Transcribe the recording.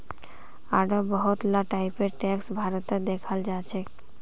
आढ़ो बहुत ला टाइपेर टैक्स भारतत दखाल जाछेक